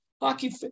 Hockey